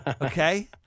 Okay